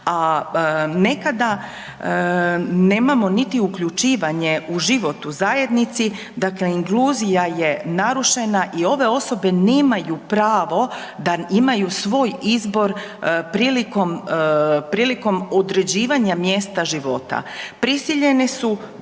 a nekada nemamo niti uključivanje u život u zajednici, dakle inkluzija je narušena i ove osobe nemaju pravo da imaju svoj izbor prilikom određivanja mjesta života. Prisiljeni su biti